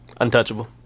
Untouchable